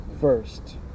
first